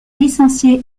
licencié